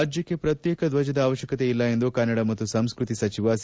ರಾಜ್ಜಕ್ಷೆ ಪ್ರತ್ಯೇಕ ಧ್ವಜದ ಅವಶ್ಯಕತೆ ಇಲ್ಲ ಎಂದು ಕನ್ನಡ ಮತ್ತು ಸಂಸ್ಕೃತಿ ಸಚಿವ ಸಿ